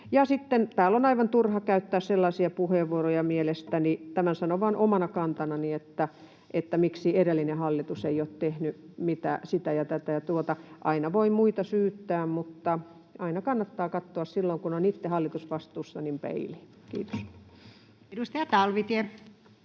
mielestäni aivan turha käyttää sellaisia puheenvuoroja — tämän sanon vain omana kantanani — että miksi edellinen hallitus ei ole tehnyt sitä ja tätä ja tuota. Aina voi muita syyttää, mutta aina kannattaa katsoa peiliin silloin, kun on itse hallitusvastuussa. — Kiitos. [Speech 146]